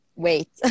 wait